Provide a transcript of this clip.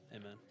amen